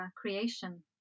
creation